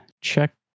check